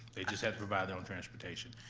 they just have to provide their own transportation.